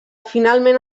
finalment